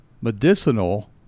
medicinal